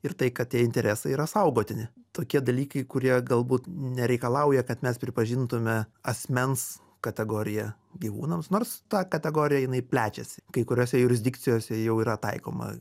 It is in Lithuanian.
ir tai kad tie interesai yra saugotini tokie dalykai kurie galbūt nereikalauja kad mes pripažintume asmens kategoriją gyvūnams nors ta kategorija jinai plečiasi kai kuriose jurisdikcijose jau yra taikoma